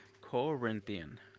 Corinthian